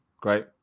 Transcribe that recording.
Great